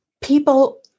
people